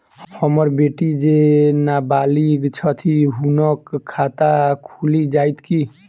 हम्मर बेटी जेँ नबालिग छथि हुनक खाता खुलि जाइत की?